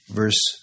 verse